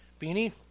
Beanie